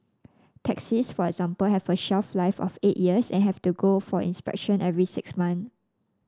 taxis for example have a shelf life of eight years and have to go for inspection every six months